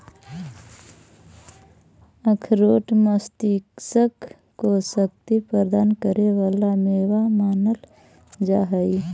अखरोट मस्तिष्क को शक्ति प्रदान करे वाला मेवा मानल जा हई